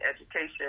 education